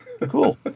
cool